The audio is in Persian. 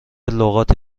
لغات